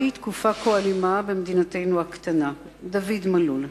תקופה כה אלימה במדינתנו הקטנה" דוד מלול: